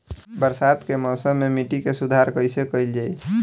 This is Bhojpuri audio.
बरसात के मौसम में मिट्टी के सुधार कईसे कईल जाई?